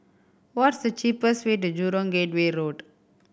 what's the cheapest way to Jurong Gateway Road